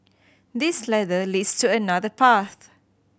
this ladder leads to another path